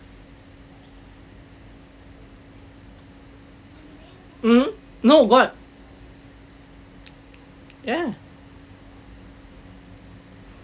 mmhmm no got ya